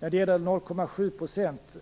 När det gäller de 0,7 procenten